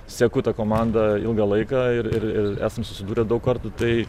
seku tą komandą ilgą laiką ir ir ir esam susidūrę daug kartų tai